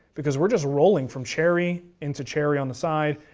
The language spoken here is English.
because we're just rolling from cherry into cherry on the side,